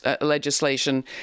legislation